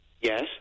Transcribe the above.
Yes